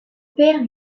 père